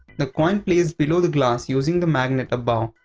the coin placed below the glass using the magnet above,